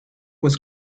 was